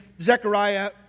Zechariah